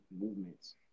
movements